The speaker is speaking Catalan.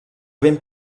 ben